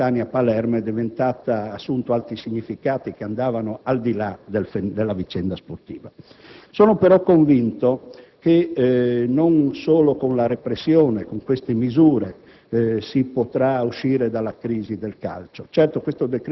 e l'evento sportivo, la partita Catania-Palermo ha assunto altri significati, che andavano al di là della vicenda sportiva. Sono però convinto che non solo con la repressione, con queste misure